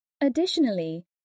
Additionally